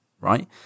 right